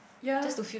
yea